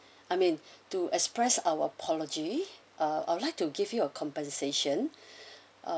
I mean to express our apology uh I would like to give you a compensation ah